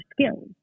skills